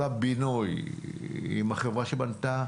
כל הבינוי עם החברה שבנתה